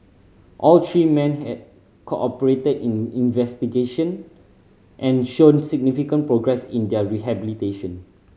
all three men had cooperated in investigation and shown significant progress in their rehabilitation